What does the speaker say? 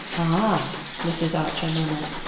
ah mrs. archer murmured,